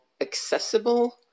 accessible